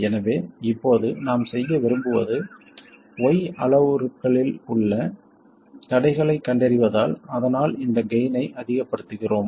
எனவே இப்போது நாம் செய்ய விரும்புவது y அளவுருக்களில் உள்ள தடைகளைக் கண்டறிவதால் அதனால் இந்த கெய்ன் ஐ அதிகப்படுத்துகிறோம்